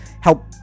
help